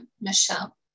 Michelle